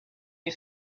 you